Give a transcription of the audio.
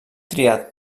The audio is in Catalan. triat